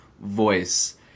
voice